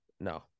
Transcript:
no